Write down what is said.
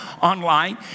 online